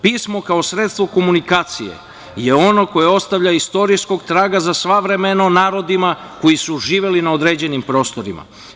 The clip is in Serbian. Pismo kao sredstvo komunikacije je ono koje ostavlja istorijskog traga za sva vremena o narodima koji su živeli na određenim prostorima.